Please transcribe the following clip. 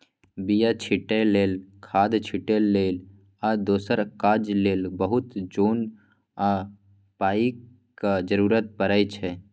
बीया छीटै लेल, खाद छिटै लेल आ दोसर काज लेल बहुत जोन आ पाइक जरुरत परै छै